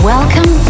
Welcome